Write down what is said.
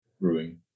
brewing